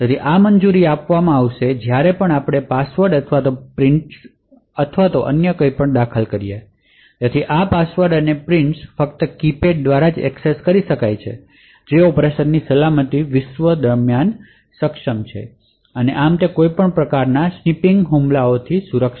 આ મંજૂરી આપશે કે જ્યારે પણ આપણે પાસવર્ડ અથવા પ્રિન્ટ્સ અથવા અન્ય કંઇપણ દાખલ કરીએ છીએ તેથી આ પાસવર્ડ અને પ્રિન્ટ્સ ફક્ત કીપેડ દ્વારા એક્સેસ કરી શકાય છે જે ઓપરેશન સલામત વિશ્વ દરમિયાન થાય છે અને આમ તે કોઈપણ પ્રકારના સ્નીપિંગ હુમલાઓથી સુરક્ષિત છે